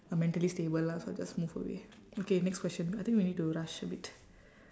uh mentally stable lah so I just move away okay next question I think we need to rush a bit